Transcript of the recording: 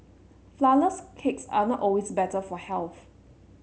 flourless cakes are not always better for health